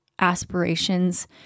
aspirations